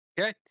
Okay